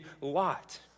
Lot